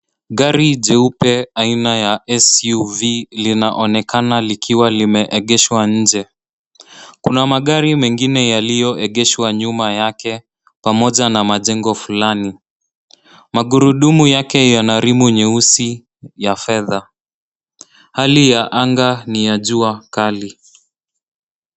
Gari jeupe aina ya SUV linaonekama likiwa limeegeshwa inje. Kuna magari mengine yaliogeshwa nyuma yake pamoja na majengo fulani. Magurudumu yake yana rimu nyeusi ya fedha. Hali ya anga ni ya jua kali.